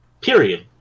Period